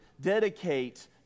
dedicate